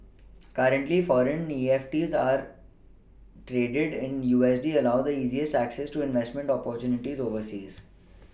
currently foreign EFTs are traded in U S D allow the easiest access to investment opportunities overseas